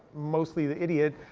mostly the idiot.